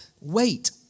Wait